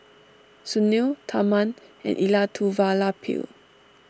Sunil Tharman and Elattuvalapil